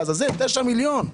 9 מיליון.